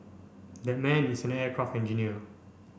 that man is an aircraft engineer